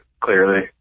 clearly